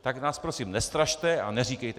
Tak nás prosím nestrašte a neříkejte...